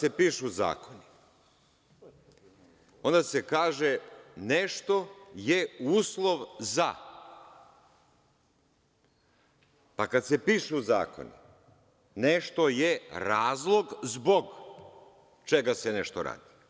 Kada se pišu zakoni, onda se kaže nešto je uslov za, pa kada se pišu zakoni nešto je razlog zbog čega se nešto radi.